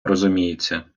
розуміється